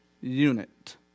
unit